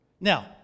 Now